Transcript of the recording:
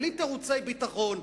בלי תירוצי ביטחון,